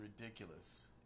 ridiculous